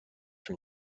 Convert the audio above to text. from